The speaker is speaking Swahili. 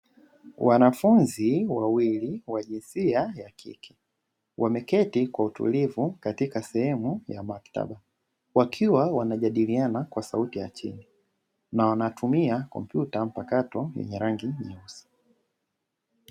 Wanafunzi wawili wa jinsia ya kike wameketi kwa utulivu katika sehemu ya maktaba wakiwa wanajadiliana kwa sauti ya chini na wanatumia kompyuta mpakato yenye rangi nyeusi.